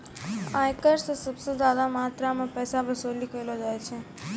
आयकर स सबस ज्यादा मात्रा म पैसा वसूली कयलो जाय छै